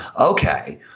Okay